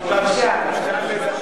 את הקול שלי יש לך,